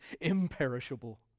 imperishable